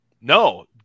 No